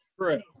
True